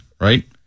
right